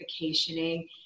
vacationing